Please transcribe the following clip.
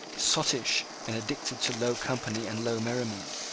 sottish, and addicted to low company and low merriment,